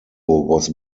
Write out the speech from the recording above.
was